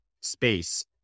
space